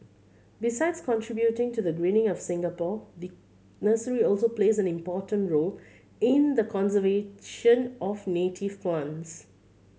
besides contributing to the greening of Singapore the nursery also plays an important role in the conservation of native plants